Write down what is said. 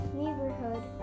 neighborhood